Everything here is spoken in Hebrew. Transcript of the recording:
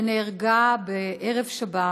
שנהרגה בערב שבת